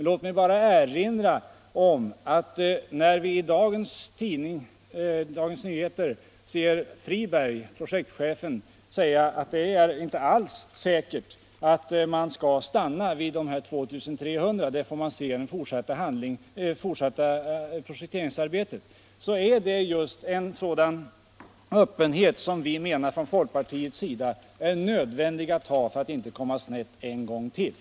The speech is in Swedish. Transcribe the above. Låt mig bara erinra om att när vi i Dagens Nyheter läser att projektchefen Friberg säger, att det inte alls är säkert att man skall stanna vid 2 300 utan man får se vad det fortsatta projektarbetet leder till, är det just en sådan öppenhet som vi från folkpartiets sida menar är nödvändig att ha för att man inte skall komma snett en gång till.